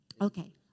Okay